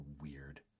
weird